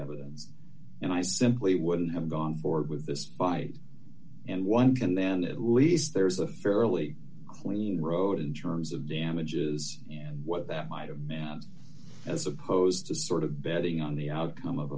evidence and i simply wouldn't have gone forward with this fight and one can then at least there's a fairly clean road in terms of damages and what that my demands as opposed to sort of betting on the outcome of